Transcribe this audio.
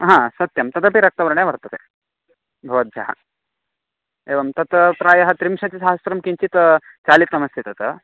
हा सत्यं तदपि रक्तवर्णे वर्तते भवद्भ्यः एवं तत्र प्रायः त्रिंशतिसहस्रं किञ्चित् चालितमस्ति तत्